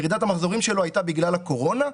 ירידת המחזורים שלו הייתה בגללה קורונה.